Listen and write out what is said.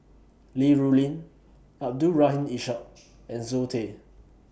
Li Rulin Abdul Rahim Ishak and Zoe Tay